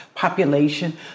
Population